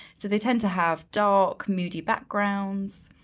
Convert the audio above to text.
so they tend to have dark, moody backgrounds,